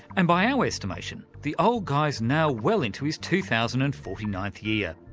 and by our estimation the old guy's now well into his two thousand and forty ninth year.